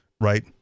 right